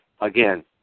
again